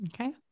Okay